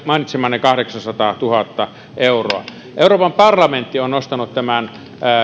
mainitsemanne kahdeksansataatuhatta euroa euroopan parlamentti on nostanut esiin tämän